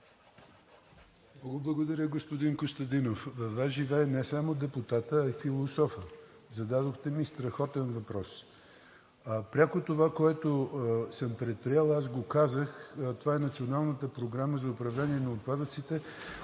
Благодаря, господин Костадинов. Във Вас живее не само депутатът, а и философът. Зададохте ми страхотен въпрос. Пряко това, което съм възприел, аз го казах, това е Националната програма за управление на отпадъците,